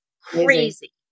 crazy